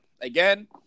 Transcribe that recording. again